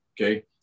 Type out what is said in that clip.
okay